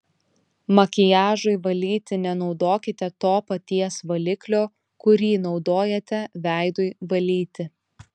makiažui valyti nenaudokite to paties valiklio kurį naudojate veidui valyti